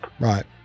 Right